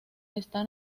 está